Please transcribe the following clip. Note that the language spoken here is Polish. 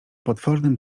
potwornym